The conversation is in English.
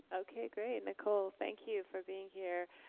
okay great, nicole thank you for being here.